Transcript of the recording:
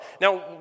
Now